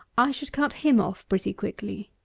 i should cut him off pretty quickly.